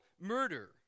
murder